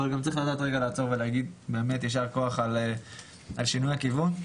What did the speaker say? אבל צריך לדעת לעצור ולהגיד יישר כוח על שינוי הכיוון.